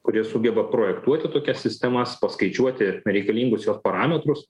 kurie sugeba projektuoti tokias sistemas paskaičiuoti reikalingus jos parametrus